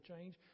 change